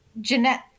Jeanette